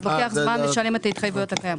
אז לוקח זמן לשלם את ההתחייבויות הקיימות.